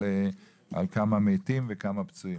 על כמה מתים ועל כמה פצועים.